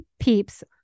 peeps